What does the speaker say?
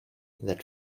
that